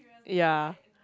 ya